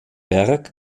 werk